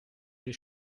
les